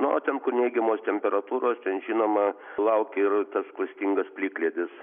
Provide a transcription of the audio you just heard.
na o ten kur neigiamos temperatūros ten žinoma laukia ir tas klastingas plikledis